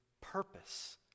purpose